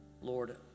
Lord